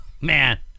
Man